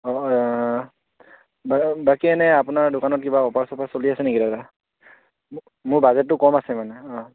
অ' বা বাকী এনেই আপোনাৰ দোকানত কিবা অফাৰ চফাৰ চলি আছে নেকি দাদা মোৰ বাজেটটো কম আছে মানে অ'